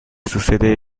sucede